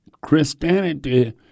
Christianity